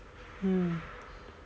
mm